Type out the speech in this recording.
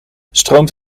stroomt